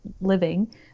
living